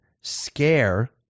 Scare